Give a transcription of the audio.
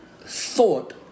thought